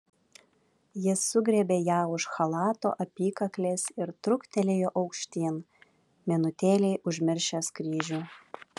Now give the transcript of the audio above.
jis sugriebė ją už chalato apykaklės ir truktelėjo aukštyn minutėlei užmiršęs kryžių